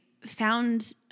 found